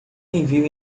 envio